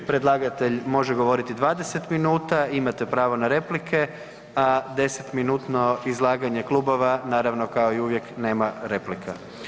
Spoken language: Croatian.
Predlagatelj može govoriti 20 minuta, imate pravo na replike a desetminutno izlaganje klubova naravno kao i uvijek, nema replika.